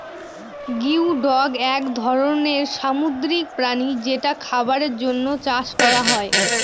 geoduck এক ধরনের সামুদ্রিক প্রাণী যেটা খাবারের জন্য চাষ করা হয়